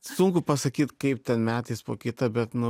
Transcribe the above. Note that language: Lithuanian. sunku pasakyt kaip ten metais po kita bet nu